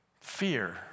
Fear